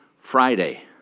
Friday